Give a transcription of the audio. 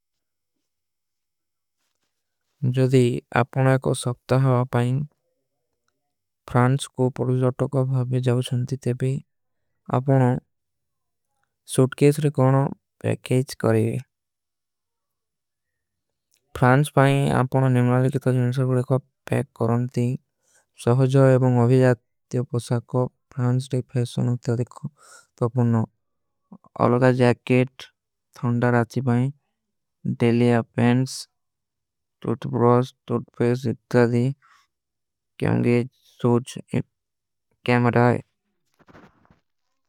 ଜଦୀ ଆପନା ଏକ ଶବ୍ଟା ହଵା ପାଇଂ ଫ୍ରାଂଶ କୋ ପରୁଜାଟୋ କା ଭାଵେ। ଜାଓ ସଂତିତେ ଭୀ ଆପନା ସୂଟକେଶ ରେ କୌନା ପୈକେଜ୍ଜ କରେଂ ଫ୍ରାଂଶ। ପାଇଂ ଆପନା ନେମିଲାଲେ କେ ତାଜୀ ନେଶର କୋ ରେଖୋ ପୈକ କରନ ଥୀ। ସହଜଵ ଏବଂଗ ଅଭୀ ଜାତେ ହୋ ପସାକୋ ଫ୍ରାଂଶ ଟେକ ଫୈସ୍ଟ ସୋନୋ ତେଲ। ଦେଖୋ ତୋ ଅପନୋ ଅଲଗା ଜୈକେଟ ଥୌଂଡର ଆଚୀ ପାଇଂ ଡେଲିଯା ପେଂସ। ଟୂଟ ବ୍ରସ ଟୂଟଫେସ ଇତ୍ତା ଦୀ କ୍ଯାଂଗେ ସୂର୍ଚ କୈମରାଈ।